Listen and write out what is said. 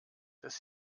dass